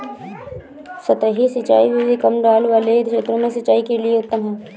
सतही सिंचाई विधि कम ढाल वाले क्षेत्रों में सिंचाई के लिए उत्तम है